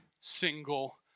single